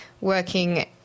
working